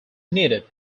needed